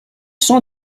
sont